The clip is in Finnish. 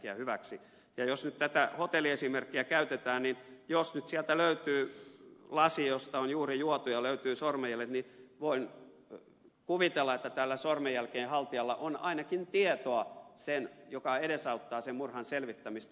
ja jos nyt tätä hotelliesimerkkiä käytetään niin jos nyt sieltä löytyy lasi josta on juuri juotu ja josta löytyy sormenjäljet niin voin kuvitella että tällä sormenjälkien haltijalla on ainakin sellaista tietoa joka edesauttaa sen murhan selvittämistä